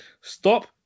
Stop